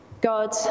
God